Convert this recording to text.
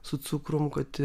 su cukrum kad